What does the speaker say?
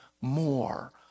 more